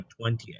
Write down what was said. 20th